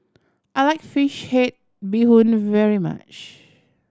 I like fish head bee hoon very much